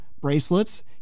bracelets